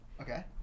Okay